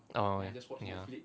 oh ya